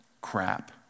crap